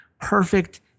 perfect